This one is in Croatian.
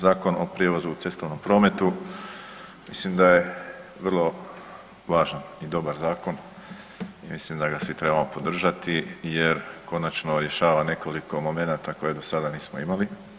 Zakon o prijevozu u cestovnom prometu, mislim da je vrlo važan i dobar zakon, mislim da ga svi trebamo podržati jer končano rješava nekoliko momenata koje do sada nismo imali.